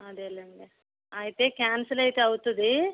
అదేలేండి అయితే క్యాన్సిల్ అయితే అవుతుంది